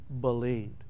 believed